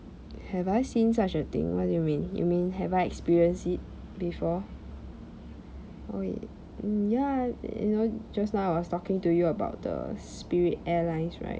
have I seen such a thing what do you mean you mean have I experienced it before oh wait mm ya you know just now I was talking to you about the spirit airlines right